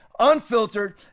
unfiltered